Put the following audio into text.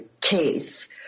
case